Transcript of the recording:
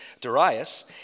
Darius